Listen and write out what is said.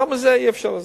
גם בזה אי-אפשר לזלזל.